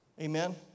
Amen